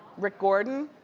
rick gordon.